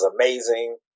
amazing